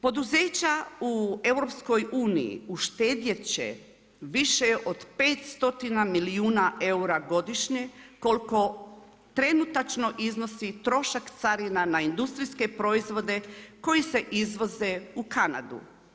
Poduzeća u EU-u uštedjet će više od 500 milijuna eura godišnje koliko trenutačno iznosi trošak carina na industrijske proizvode koji se izvoze u Kanadu.